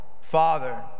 Father